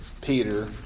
Peter